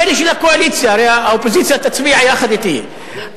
חבר הכנסת טיבי, יש לך פחות מדקה.